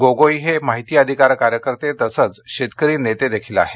गोगोई हे माहिती अधिकार कार्यकर्ते तसंच शेतकरी नेतेदेखील आहेत